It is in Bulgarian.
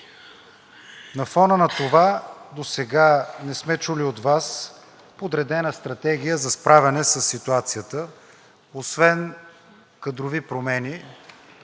На фона на това досега не сме чули от Вас подредена стратегия за справяне със ситуацията, освен кадрови промени,